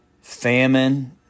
famine